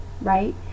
right